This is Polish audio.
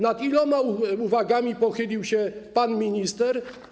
Nad iloma uwagami pochylił się pan minister?